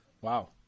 Wow